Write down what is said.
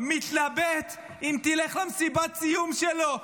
מתלבט אם תלך למסיבת הסיום שלו.